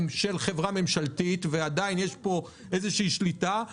של חברה ממשלתית ועדיין יש פה סוג של שליטה,